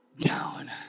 down